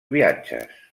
viatges